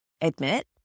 admit